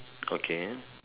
okay